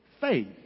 faith